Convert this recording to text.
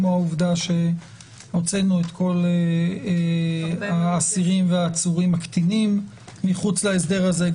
כמו העובדה שהוצאנו את כל העצורים והאסירים הקטינים מחוץ להסדר הזה,